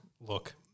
look